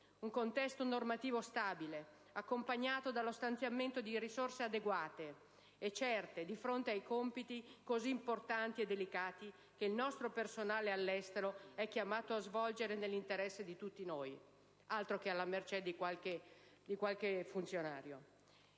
un contesto normativo stabile, accompagnato dallo stanziamento di risorse adeguate e certe di fronte ai compiti così importanti e delicati che il nostro personale all'estero è chiamato a svolgere nell'interesse di tutti noi (altro che alla mercé di qualche funzionario).